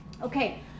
Okay